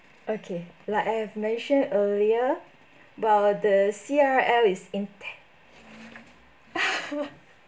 okay like I've mentioned earlier about the C_R_L is intent